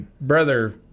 brother